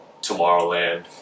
Tomorrowland